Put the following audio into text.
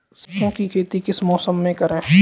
सरसों की खेती किस मौसम में करें?